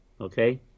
Okay